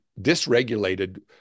dysregulated